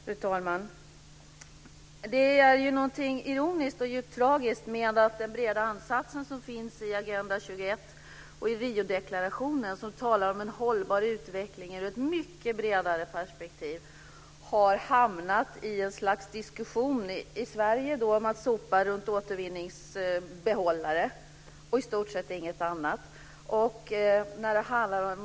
Fru talman! Det är något ironiskt och djupt tragiskt i att man från att i Agenda 21 och i Riodeklarationen ha talat om en hållbar utveckling i ett mycket bredare perspektiv nu i Sverige har hamnat i en diskussion om att sopa runt återvinningsbehållare och i stort sett inget annat.